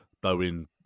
Bowen